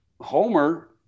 Homer